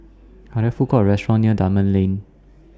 Are There Food Courts Or restaurants near Dunman Lane